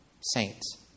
saints